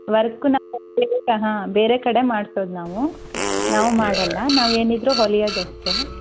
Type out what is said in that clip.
work ನಾವು ಬೇರೆ ಕ ಹಾಂ ಬೇರೆ ಕಡೆ ಮಾಡಿಸೋದು ನಾವು ನಾವು ಮಾಡಲ್ಲ ನಾವೇನಿದ್ದರೂ ಹೊಲಿಯೋದಷ್ಟೆ